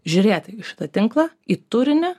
žiūrėti į šitą tinklą į turinį